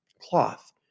cloth